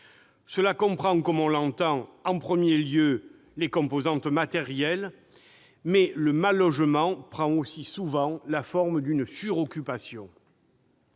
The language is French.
Cela comprend, on l'entend, d'abord, les composantes matérielles, mais le mal-logement prend aussi souvent la forme d'une suroccupation.